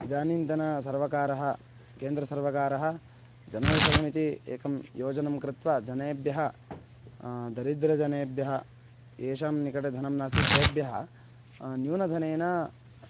इदानीन्तनसर्वकारः केन्द्रसर्वकारः जनौषधमिति एकां योजनां कृत्वा जनेभ्यः दरिद्रजनेभ्यः येषां निकटे धनं नास्ति तेभ्यः न्यूनधनेन